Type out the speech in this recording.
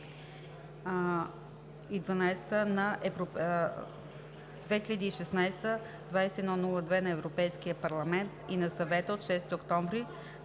2016/2102 на Европейския парламент и на Съвета от 6 октомври